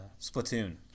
Splatoon